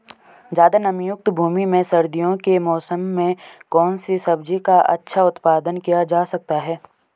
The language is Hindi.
ज़्यादा नमीयुक्त भूमि में सर्दियों के मौसम में कौन सी सब्जी का अच्छा उत्पादन किया जा सकता है?